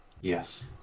Yes